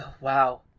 wow